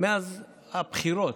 מאז הבחירות,